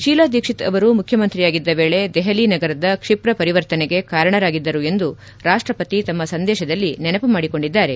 ಶೀಲಾ ದೀಕ್ಷಿತ್ ಅವರು ಮುಖ್ಯಮಂತ್ರಿಯಾಗಿದ್ದ ವೇಳೆ ದೆಹಲಿ ನಗರದ ಕ್ಷಿಪ್ರ ಪರಿವರ್ತನೆಗೆ ಕಾರಣರಾಗಿದ್ದರು ಎಂದು ರಾಷ್ಟ್ರಪತಿ ತಮ್ಮ ಸಂದೇಶದಲ್ಲಿ ನೆನಪು ಮಾಡಿಕೊಂಡಿದ್ದಾರೆ